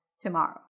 tomorrow